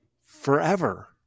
forever